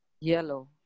Yellow